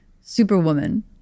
superwoman